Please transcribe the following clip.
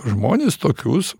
žmones tokius